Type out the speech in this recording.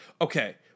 okay